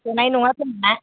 थोनाय नङा खोमा